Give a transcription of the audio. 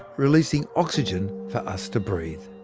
releasing oxygen for us to breathe.